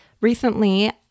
recently